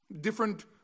different